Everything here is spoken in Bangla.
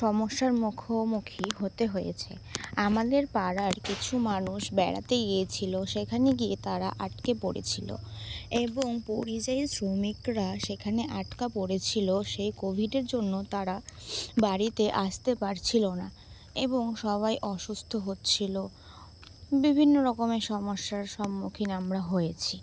সমস্যার মুখোমুখি হতে হয়েছে আমাদের পাড়ার কিছু মানুষ বেড়াতে গিয়েছিলো সেখানে গিয়ে তারা আটকে পড়েছিলো এবং পরিযায়ী শ্রমিকরা সেখানে আটকা পড়েছিলো সেই কোভিডের জন্য তারা বাড়িতে আসতে পারছিলো না এবং সবাই অসুস্থ হচ্ছিলো বিভিন্ন রকমের সমস্যার সম্মুখীন আমরা হয়েছি